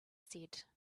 said